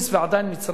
עדיין לא במצרים,